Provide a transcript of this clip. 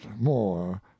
more